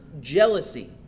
jealousy